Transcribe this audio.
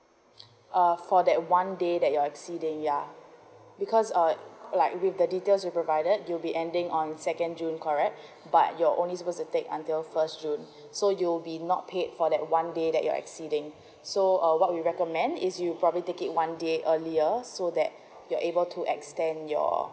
uh for that one day that you're exceeding ya because err like with the details you provided you'll be ending on second june correct but you're only supposed to take until first june so you'll be not paid for that one day that you're exceeding so uh what we recommend is you probably take it one day earlier so that you're able to extend your